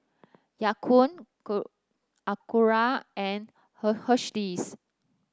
Ya Kun Acura and Hersheys